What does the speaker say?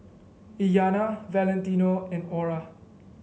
Iyana Valentino and Orah